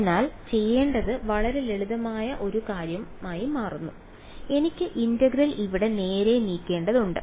അതിനാൽ ചെയ്യേണ്ടത് വളരെ ലളിതമായ ഒരു കാര്യമായി മാറുന്നു എനിക്ക് ഇന്റഗ്രൽ ഇവിടെ നേരെ നീക്കേണ്ടതുണ്ട്